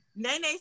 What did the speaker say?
Nene